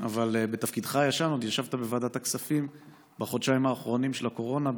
אבל בתפקידך הישן עוד ישבת בוועדת הכספים בחודשיים האחרונים של הקורונה.